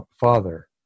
Father